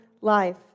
life